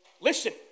Listen